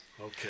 Okay